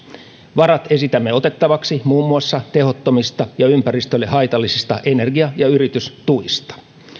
varat esitämme otettavaksi muun muassa tehottomista ja ympäristölle haitallisista energia ja yritystuista